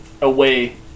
away